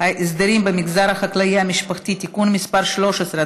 הסדרים במגזר החקלאי המשפחתי (תיקון מס' 131),